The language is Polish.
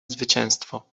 zwycięstwo